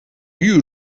you